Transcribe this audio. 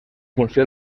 funció